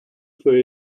for